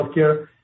healthcare